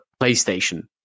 PlayStation